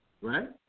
right